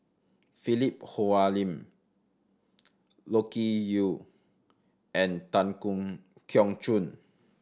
Philip Hoalim Loke Yew and Tan Keong Choon